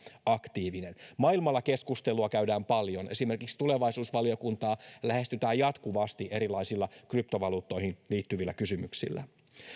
aktiivinen maailmalla keskustelua käydään paljon esimerkiksi tulevaisuusvaliokuntaa lähestytään jatkuvasti erilaisilla kryptovaluuttoihin liittyvillä kysymyksillä